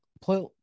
play